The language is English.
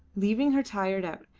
leaving her tired out,